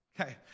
Okay